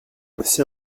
c’est